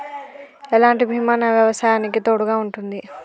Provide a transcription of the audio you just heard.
ఎలాంటి బీమా నా వ్యవసాయానికి తోడుగా ఉంటుంది?